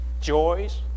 joys